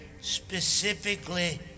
specifically